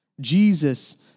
Jesus